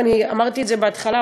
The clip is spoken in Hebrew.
אמרתי את זה בהתחלה,